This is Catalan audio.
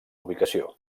ubicació